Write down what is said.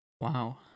Wow